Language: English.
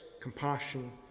compassion